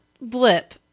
blip